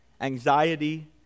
anxiety